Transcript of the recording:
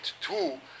two